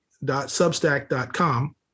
Substack.com